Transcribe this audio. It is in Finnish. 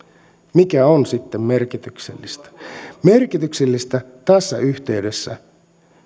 mikä on sitten merkityksellistä merkityksellistä tässä yhteydessä